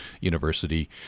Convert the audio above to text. University